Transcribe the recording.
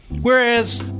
Whereas